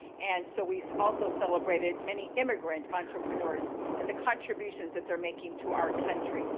and so we also celebrated many immigrant entrepreneurs and the contributions that they're making to our country.